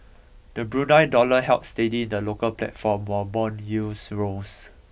the Brunei dollar held steady in the local platform while bond yields rose